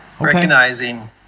recognizing